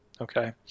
okay